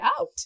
out